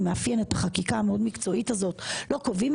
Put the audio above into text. זה מאפיין את החקיקה המאוד מקצועית הזאת כאשר לא קובעים